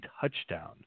touchdown